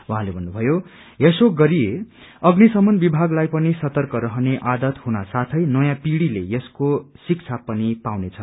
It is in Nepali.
उहाँले भन्नुभयो यसो गरिए अग्नि शमन विभग लाई पनि सर्तक रहने आदत हुन साथै नयाँ पिढ़ीले यसको शिक्षा पनिपाउनेछ